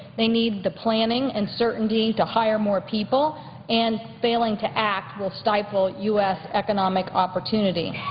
they need the planning and certainty to hire more people and failing to act will stifle u s. economic opportunity.